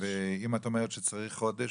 ואם את אומרת שצריך חודש,